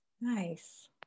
Nice